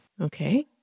Okay